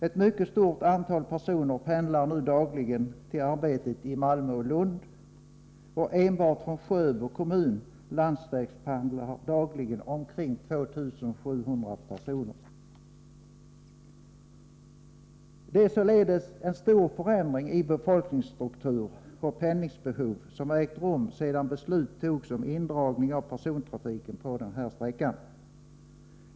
Ett mycket stort antal personer pendlar dagligen till arbetet i Malmö och Lund. Enbart från Sjöbo kommun landsvägspendlar dagligen omkring 2 700 personer. En stor förändring i befolkningsstruktur och pendlingsbehov har således ägt rum sedan beslut fattades om indragning av persontrafiken på denna sträcka.